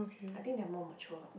I think they are more mature